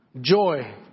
joy